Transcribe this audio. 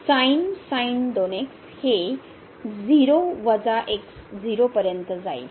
तर 0 वजा x 0 पर्यंत जाईल